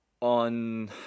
on